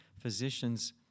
physicians